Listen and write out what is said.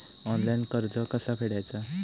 Online कर्ज कसा फेडायचा?